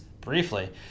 briefly